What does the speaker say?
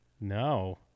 No